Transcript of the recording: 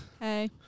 Hey